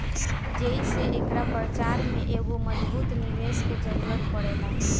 जेइसे एकरा प्रचार में एगो मजबूत निवेस के जरुरत पड़ेला